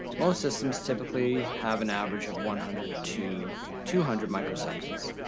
most systems typically, have an average of one hundred to two hundred microseconds.